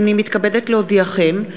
הנני מתכבדת להודיעכם,